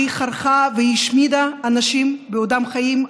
והיא חרכה והיא השמידה אנשים בעודם חיים,